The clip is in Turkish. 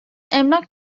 emlak